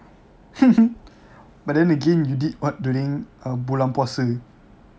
but then again you did what during uh bulan puasa